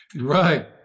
Right